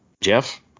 Jeff